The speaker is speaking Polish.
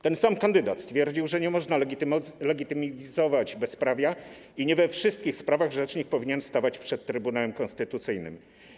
Ten sam kandydat stwierdził, że nie można legitymizować bezprawia i że nie we wszystkich sprawach rzecznik powinien stawać przed Trybunałem Konstytucyjnym.